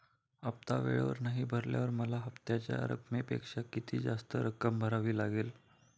हफ्ता वेळेवर नाही भरल्यावर मला हप्त्याच्या रकमेपेक्षा किती जास्त रक्कम भरावी लागेल?